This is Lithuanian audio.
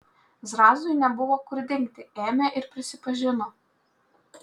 zrazui nebuvo kur dingti ėmė ir prisipažino